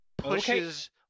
Pushes